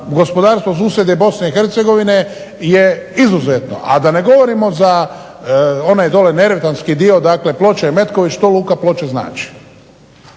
gospodarstvo susjedne Bosne i Hercegovine je izuzetno a da ne govorimo za onaj dole dio dakle Ploče-Metković, što luka Ploče znači.